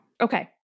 Okay